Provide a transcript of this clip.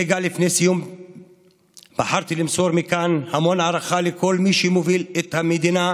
רגע לפני סיום בחרתי למסור מכאן המון הערכה לכל מי שמוביל את המדינה,